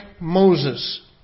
Moses